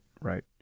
right